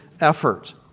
effort